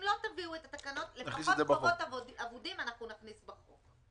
אם לא תביאו את התקנות לפחות חובות אבודים נכניס בחוק.